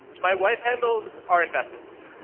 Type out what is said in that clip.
my wife handles our investments.